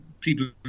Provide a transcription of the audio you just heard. people